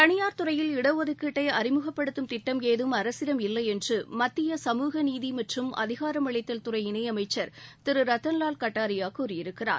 தளியாா் துறையில் இடஒதுக்கீட்டை அறிமுகப்படுத்தும் திட்டம் ஏதும் அரசிடம் இல்லை என்று மத்திய சமூகநீதி மற்றும் அதிகாரம் அளித்தல் துறை இணையமைச்ச் திரு ரத்தன்வால் கட்டாரியா கூறியிருக்கிறார்